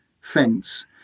fence